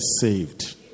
saved